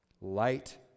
Light